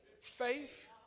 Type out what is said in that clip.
faith